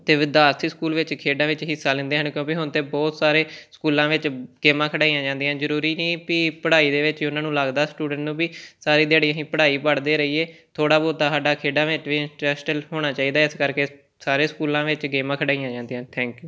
ਅਤੇ ਵਿਦਿਆਰਥੀ ਸਕੂਲ ਵਿੱਚ ਖੇਡਾਂ ਵਿੱਚ ਹਿੱਸਾ ਲੈਂਦੇ ਹਨ ਕਿਉਂਕਿ ਹੁਣ ਤਾਂ ਬਹੁਤ ਸਾਰੇ ਸਕੂਲਾਂ ਵਿੱਚ ਗੇਮਾਂ ਖਿਡਾਈਆਂ ਜਾਂਦੀਆਂ ਜ਼ਰੂਰੀ ਨਹੀਂ ਵੀ ਪੜ੍ਹਾਈ ਦੇ ਵਿੱਚ ਹੀ ਉਨ੍ਹਾਂ ਨੂੰ ਲੱਗਦਾ ਸਟੂਡੈਂਟ ਨੂੰ ਵੀ ਸਾਰੀ ਦਿਹਾੜੀ ਅਸੀਂ ਪੜ੍ਹਾਈ ਪੜ੍ਹਦੇ ਰਹੀਏ ਥੋੜ੍ਹਾ ਬਹੁਤਾ ਸਾਡਾ ਖੇਡਾਂ ਵਿੱਚ ਵੀ ਇੰਨਟਰੱਸਟ ਹੋਣਾ ਚਾਹੀਦਾ ਇਸ ਕਰਕੇ ਸਾਰੇ ਸਕੂਲਾਂ ਵਿੱਚ ਗੇਮਾਂ ਖਿਡਾਈਆਂ ਜਾਂਦੀਆਂ ਹਨ ਥੈਂਕ ਯੂ